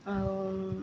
ଆଉ